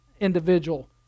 individual